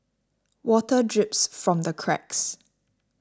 water drips from the cracks